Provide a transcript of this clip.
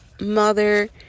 mother